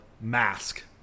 mask